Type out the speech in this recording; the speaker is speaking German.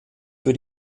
für